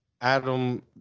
Adam